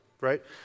right